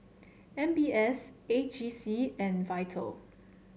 M B S A G C and Vital